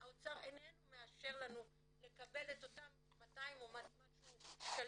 האוצר איננו מאשר לנו לקבל את אותם 200 או משהו שקלים